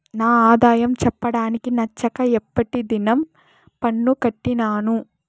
నా ఆదాయం చెప్పడానికి నచ్చక ఎప్పటి దినం పన్ను కట్టినాను